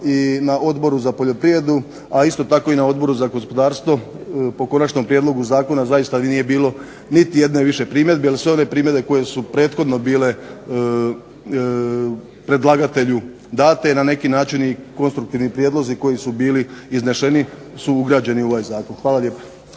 i na Odboru za poljoprivredu, a isto tako i na Odboru za gospodarstvo po konačnom prijedlogu zakona zaista nije bilo niti jedne više primjedbe jer sve ove primjedbe koje su prethodno bile predlagatelju date na neki način i konstruktivni prijedlozi koji su bili iznešeni su ugrađeni u ovaj zakon. Hvala lijepa.